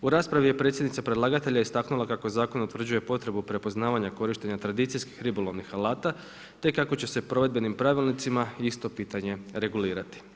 U raspravi je predsjednica predlagatelja istaknula kako zakon utvrđuje potrebu prepoznavanja korištenja tradicijskih ribolovnih alata, te kako će se provedbenim pravilnicima isto pitanje regulirati.